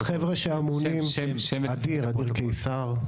אדיר קיסר.